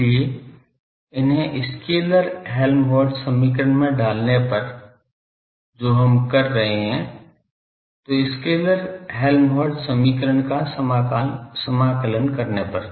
इसलिए इन्हें scalar Helmholtz समीकरण में डालने पर जो हम कर रहे हैं तो स्केलर हेल्महोल्ट्ज़ समीकरण का समाकलन करने पर